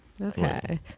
okay